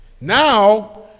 Now